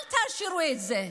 אל תשאירו את זה.